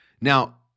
Now